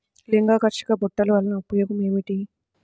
లింగాకర్షక బుట్టలు వలన ఉపయోగం ఏమిటి?